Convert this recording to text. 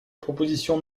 proposition